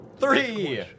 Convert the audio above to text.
Three